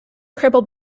crippled